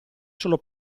solo